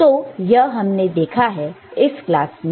तो यह हमने देखा है इस क्लास में